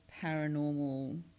paranormal